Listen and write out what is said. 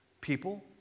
people